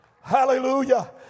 Hallelujah